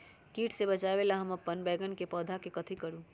किट से बचावला हम अपन बैंगन के पौधा के कथी करू?